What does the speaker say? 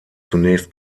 zunächst